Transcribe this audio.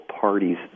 parties